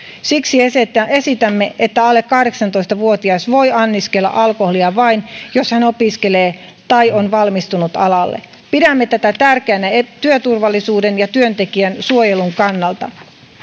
siksi esitämme että alle kahdeksantoista vuotias voi anniskella alkoholia vain jos hän opiskelee alaa tai on valmistunut alalle pidämme tätä tärkeänä työturvallisuuden ja työntekijän suojelun kannalta